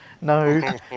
No